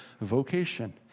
vocation